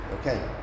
okay